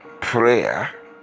prayer